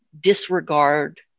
disregard